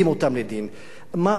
מה יחשוב האזרח?